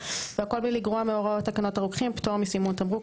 והכל בלי לגרוע מהוראות תקנות הרוקחים (פטור מסימון תמרוק),